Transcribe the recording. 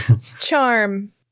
Charm